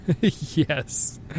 Yes